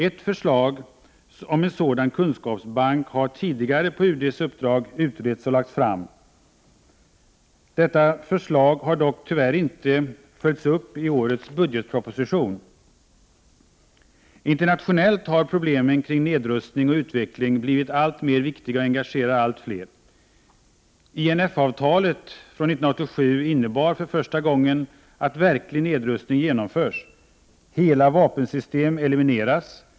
Ett förslag om en sådan kunskapsbank har tidigare på UD:s uppdrag utretts och lagts fram. Detta förslag har dock tyvärr inte följts upp i årets budgetproposition. Internationellt har problemen kring nedrustning och utveckling blivit alltmer viktiga och engagerar allt fler. INF-avtalet från 1987 innebar för första gången att verklig nedrustning genomförs. Hela vapensystem elimineras.